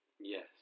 Yes